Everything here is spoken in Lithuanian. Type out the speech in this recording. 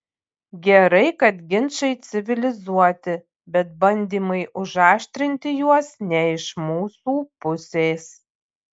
gerai kad ginčai civilizuoti bet bandymai užaštrinti juos ne iš mūsų pusės